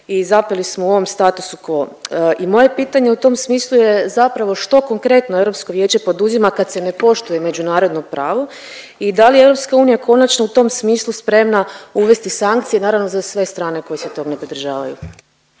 i zapeli smo u ovom statusu quo. I moje pitanje u tom smislu je zapravo što konkretno Europsko vijeće poduzima kad se ne poštuje međunarodno pravo i da li je Europska unija konačno u tom smislu spremna uvesti sankcije, naravno za sve strane koje se tog ne pridržavaju.